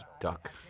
duck